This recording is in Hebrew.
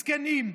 זקנים,